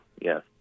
yes